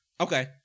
Okay